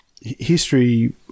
history